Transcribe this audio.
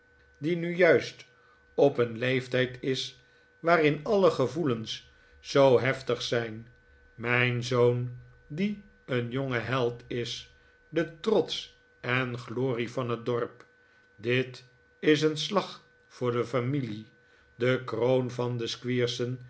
die nu juist op een leeftijd is waarin alle gevoelens zoo heftig zijn mijn zoon die een jonge held is de trots en glorie van het dorp dit is een slag voor de familie de kroon van de